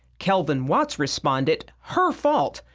calvin watts responded, her fault.